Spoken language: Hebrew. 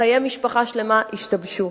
חיי משפחה שלמה השתבשו.